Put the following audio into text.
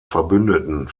verbündeten